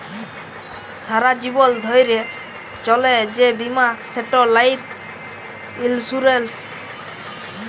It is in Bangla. সারা জীবল ধ্যইরে চলে যে বীমা সেট লাইফ ইলসুরেল্স